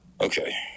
Okay